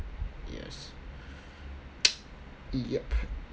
yes yep